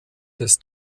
des